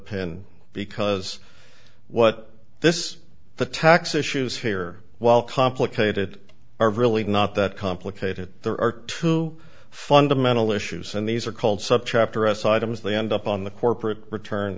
pin because what this the tax issues here while complicated are really not that complicated there are two fundamental issues and these are called subchapter s items they end up on the corporate return